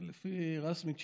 רשמית,